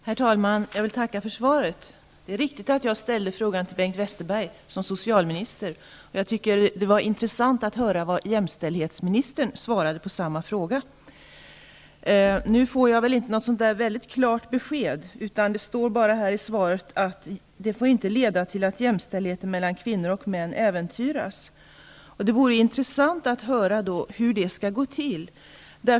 Herr talman! Jag tackar för svaret. Det är riktigt att jag ställt samma fråga till Bengt Westerberg i hans egenskap av socialminister. Det var intressant att höra jämställdhetsministerns svar på min fråga. Jag får dock inte ett särskilt klart besked. Det står bara i svaret att ''ett vårdnadsbidrag inte får leda till att jämställdheten mellan kvinnor och män äventyras''. Det vore intressant att höra hur det här skall gå till.